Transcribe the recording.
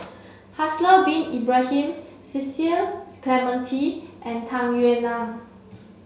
Haslir bin Ibrahim Cecil Clementi and Tung Yue Nang